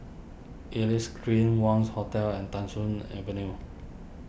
Elias Green Wangz Hotel and Thong Soon Avenue